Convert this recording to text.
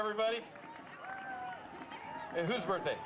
everybody whose birthday